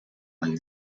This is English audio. wine